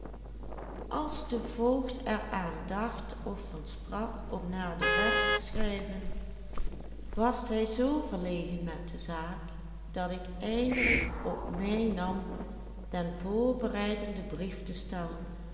west te schrijven was hij zoo verlegen met de zaak dat ik eindelijk op mij nam den voorbereidenden brief te stellen